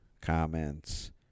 comments